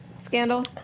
scandal